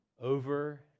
over